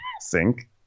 sync